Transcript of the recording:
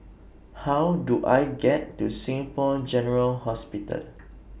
How Do I get to Singapore General Hospital